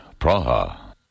Praha